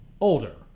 Older